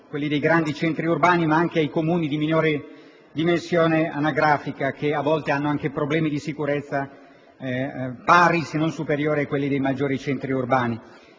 quelli dei grandi centri urbani, ma anche ai Comuni con minore popolazione, che a volte hanno anche problemi di sicurezza pari se non superiori a quelli dei maggiori centri urbani.